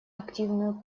активную